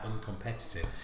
uncompetitive